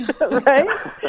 right